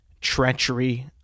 treachery